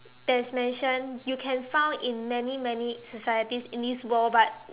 that is mentioned you can found in many many societies in this world but